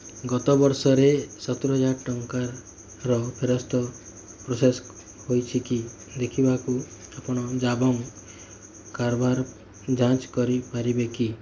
ଗତବର୍ଷରେ ସତୁରୀ ହଜାର ଟଙ୍କାର ଫେରସ୍ତ ପ୍ରୋସେସ୍ ହୋଇଛି କି ଦେଖିବାକୁ ଆପଣ ଜାବଙ୍ଗ୍ କାରବାର ଯାଞ୍ଚ କରିପାରିବେ କି